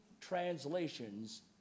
translations